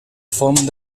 font